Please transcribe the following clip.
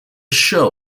show